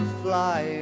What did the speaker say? fly